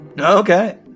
Okay